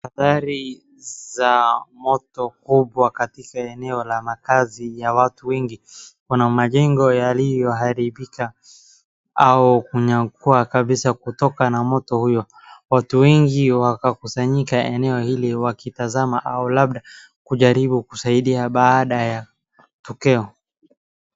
Adhari za moto kubwa katika eneo la makazi ya watu wengi, kuna majengo yaliyoharibika au kunyakua kabisa kutoka na moto huo, watu wengi wakakusanyika katika eneo hili wakitazama au labda kujaribu kusaidia baada ya tukio.